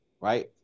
Right